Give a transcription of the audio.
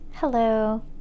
Hello